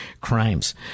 crimes